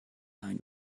ein